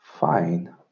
fine